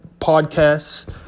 podcasts